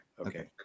Okay